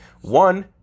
One